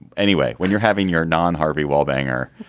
anyway when you're having your non harvey wall banger.